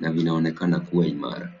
na vinaonekana kuwa imara.